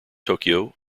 tokyo